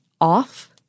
off